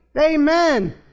Amen